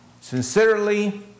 sincerely